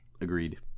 Agreed